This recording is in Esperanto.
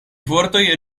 vortoj